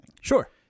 Sure